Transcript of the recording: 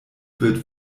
wird